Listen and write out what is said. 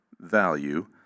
Value